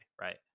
right